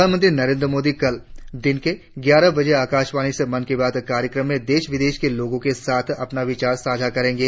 प्रधानमंत्री नरेंद्र मोदी कल दिन में ग्यारह बजे आकाशवाणी से मन की बात कार्यक्रम में देश विदेश के लोगों के साथ अपने विचार साझा करेंगे